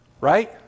Right